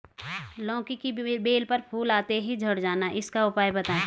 लौकी की बेल पर फूल आते ही झड़ जाना इसका उपाय बताएं?